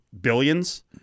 billions